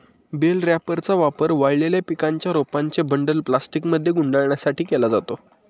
bell रॅपरचा वापर वाळलेल्या पिकांच्या रोपांचे बंडल प्लास्टिकमध्ये गुंडाळण्यासाठी केला जातो